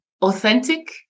authentic